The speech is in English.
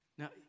Now